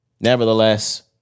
nevertheless